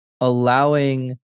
allowing